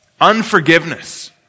Unforgiveness